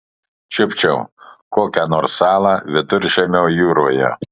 čiupčiau kokią nors salą viduržemio jūroje